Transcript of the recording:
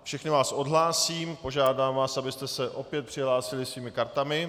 Všechny vás odhlásím, požádám vás, abyste se opět přihlásili svými kartami.